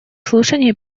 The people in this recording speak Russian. слушаний